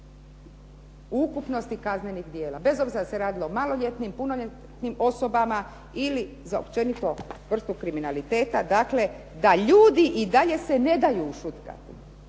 u ukupnosti kaznenih djela bez obzira radi li se o maloljetnim, punoljetnim osobama, vrstu kriminaliteta, dakle da ljudi i dalje se ne daju ušutkati,